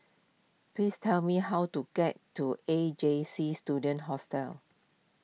please tell me how to get to A J C Student Hostel